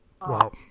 Wow